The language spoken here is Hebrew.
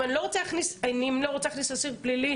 אם אני לא רוצה להכניס אסיר פלילי